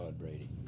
Brady